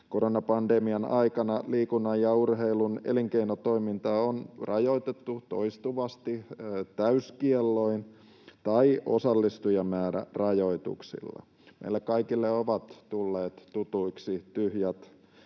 Koronapandemian aikana liikunnan ja urheilun elinkeinotoimintaa on rajoitettu toistuvasti täyskielloin tai osallistujamäärärajoituksilla. Meille kaikille ovat tulleet tutuiksi tyhjät